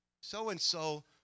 so-and-so